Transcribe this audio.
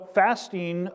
fasting